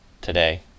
today